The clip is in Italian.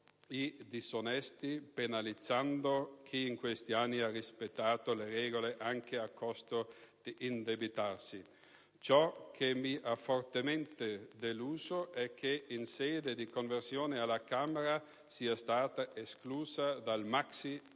i disonesti penalizzando chi in questi anni ha rispettato le regole anche a costo di indebitarsi. Ciò che mi ha fortemente deluso è che alla Camera, in sede di conversione, sia stata esclusa dal